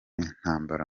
intambara